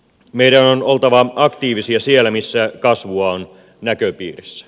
meidän on oltava aktiivisia siellä missä kasvua on näköpiirissä